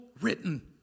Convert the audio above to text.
written